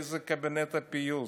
איזה קבינט פיוס?